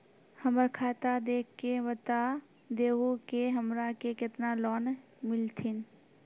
हमरा खाता देख के बता देहु के हमरा के केतना लोन मिलथिन?